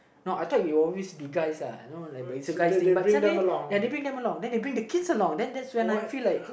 no I thought it will always be guys uh you know like but it's a guy's thing but suddenly ya they bring them along then they bring their kids along then that's when I feel like